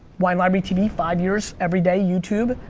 wine library tv, five years, every day youtube.